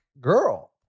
girl